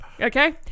Okay